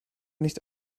nicht